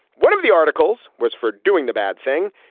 one of the articles was for doing the bad thing.